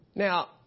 Now